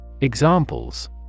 Examples